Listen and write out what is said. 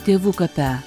tėvų kape